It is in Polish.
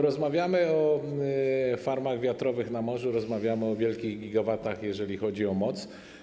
Rozmawiamy o farmach wiatrowych na morzu, rozmawiamy o wielkich gigawatach, jeżeli chodzi o moc.